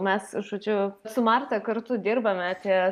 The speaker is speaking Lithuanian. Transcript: mes žodžiu su marta kartu dirbame ties